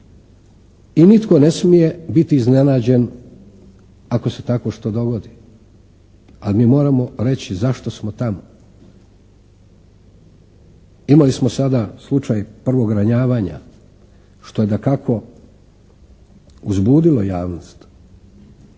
i nitko ne može biti iznenađen ako se što takvo dogodi. Ali mi moramo reći zašto smo tamo? Imali smo sada slučaj prvog ranjavanja što je dakako uzbudilo javnost.